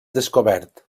descobert